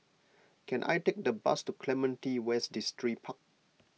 can I take a bus to Clementi West Distripark